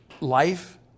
life